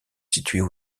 situées